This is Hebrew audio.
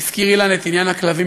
הזכיר אילן את עניין הכלבים,